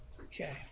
okay